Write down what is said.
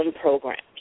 programs